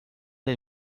del